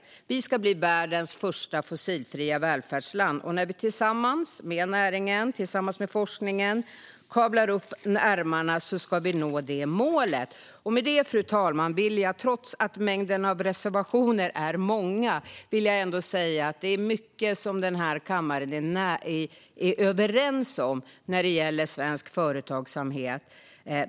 Vi vill bli världens första fossilfria välfärdsland, och när vi tillsammans med näringen och forskningen kavlar upp ärmarna ska vi nå det målet. Med detta, fru talman, vill jag trots mängden av reservationer ändå säga att det är mycket som vi i den här kammaren är överens om när det gäller svensk företagsamhet.